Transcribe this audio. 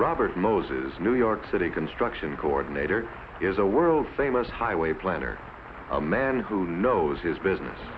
robert moses new york city construction coordinator is a world famous highway planner a man who knows his business